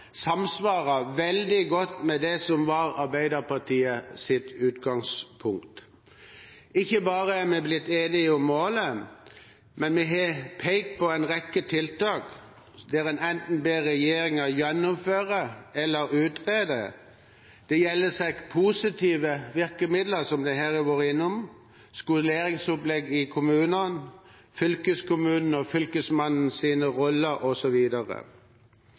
var Arbeiderpartiets utgangspunkt. Ikke bare er vi blitt enige om målet, men vi har pekt på en rekke tiltak der en enten ber regjeringen gjennomføre eller utbedre. Det gjelder positive virkemidler, som en har vært innom her, som skoleringsopplegg i kommunene, fylkeskommunens og